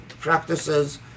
practices